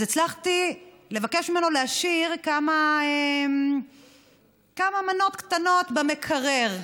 אז הצלחתי לבקש ממנו להשאיר כמה מנות קטנות במקרר.